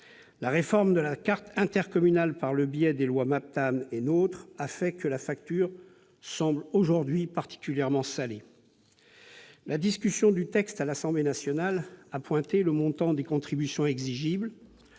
La réforme de la carte intercommunale par le biais des lois MAPTAM et NOTRe a rendu la facture, aujourd'hui, particulièrement salée. Lors de la discussion du texte à l'Assemblée nationale a été pointé le montant des contributions exigibles,